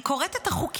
אני קוראת את החוקים.